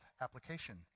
application